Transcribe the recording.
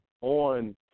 on